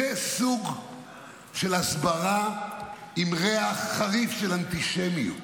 זה סוג של הסברה עם ריח חריף של אנטישמיות.